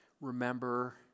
remember